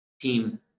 team